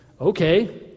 okay